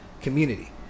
community